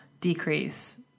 decrease